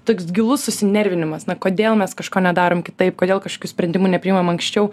toks gilus susinervinimas na kodėl mes kažko nedarom kitaip kodėl kažkokių sprendimų nepriimam anksčiau